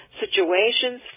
situations